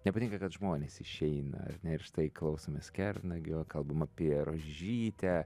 nepatinka kad žmonės išeina ir štai klausomės kernagio kalbam apie rožytę